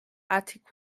attic